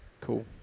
cool